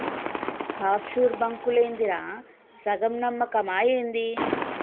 half sure బాంకులేందిరా, సగం నమ్మకమా ఏంది